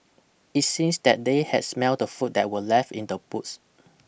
it seems that they had smelt the food that were left in the boots